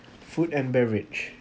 food and beverage